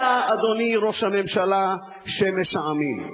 אתה, אדוני ראש הממשלה, שמש העמים.